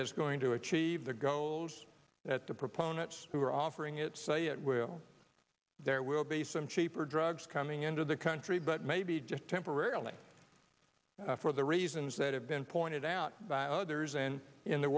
is going to achieve the goals that the proponents who are offering it say it will there will be some cheaper drugs coming into the country but maybe just temporarily for the reasons that have been pointed out by others and in the